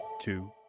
two